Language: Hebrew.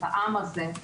את העם הזה.